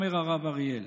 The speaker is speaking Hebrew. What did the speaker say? אומר הרב אריאל,